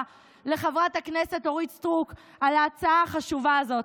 לחברת הכנסת אורית סטרוק על ההצעה החשובה הזאת.